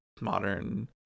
modern